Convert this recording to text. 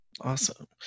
Awesome